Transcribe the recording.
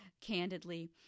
candidly